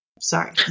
Sorry